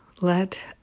let